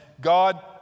God